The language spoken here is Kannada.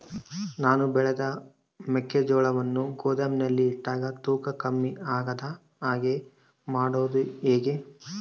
ನಾನು ಬೆಳೆದ ಮೆಕ್ಕಿಜೋಳವನ್ನು ಗೋದಾಮಿನಲ್ಲಿ ಇಟ್ಟಾಗ ತೂಕ ಕಮ್ಮಿ ಆಗದ ಹಾಗೆ ಮಾಡೋದು ಹೇಗೆ?